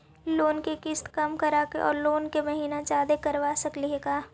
Loan के किस्त कम कराके औ लोन के महिना जादे करबा सकली हे का?